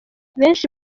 benshi